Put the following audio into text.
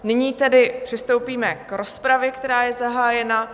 Nyní tedy přistoupíme k rozpravě, která je zahájena.